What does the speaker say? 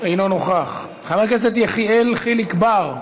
אינו נוכח, חבר הכנסת יחיאל חיליק בר,